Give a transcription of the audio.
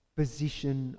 position